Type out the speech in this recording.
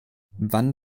wann